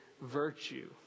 virtue